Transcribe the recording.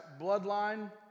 bloodline